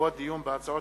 הצעות